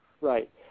Right